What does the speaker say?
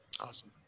Awesome